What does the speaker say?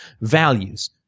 values